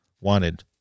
wanted